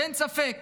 אין ספק